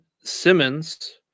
simmons